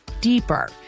deeper